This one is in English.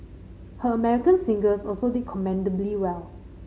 her American singles also did commendably well